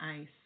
ice